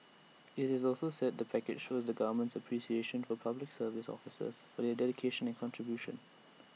IT also said the package shows the government's appreciation of Public Service officers for their dedication and contribution